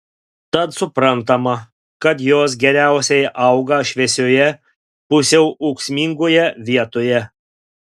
tad suprantama kad jos geriausiai auga šviesioje pusiau ūksmingoje vietoje